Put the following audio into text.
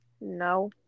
No